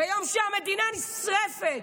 ביום שהמדינה נשרפת,